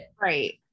Right